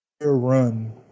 run